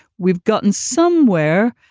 we've gotten somewhere,